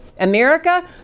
America